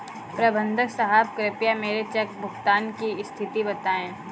प्रबंधक साहब कृपया मेरे चेक भुगतान की स्थिति बताएं